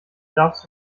darfst